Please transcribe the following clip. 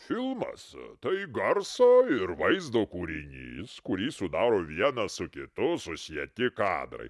filmas tai garso ir vaizdo kūrinys kurį sudaro vienas su kitu susieti kadrai